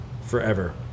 forever